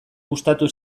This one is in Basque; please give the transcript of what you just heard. gustatu